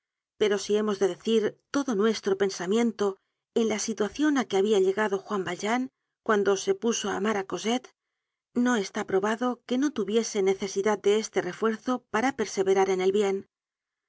pero si hemos de decir todo nuestro pensamiento en la situacion á que habia llegado juan valjean cuando se puso á amar á cosette no está probado que no tuviese necesidad de este refuerzo para perseverar en el bien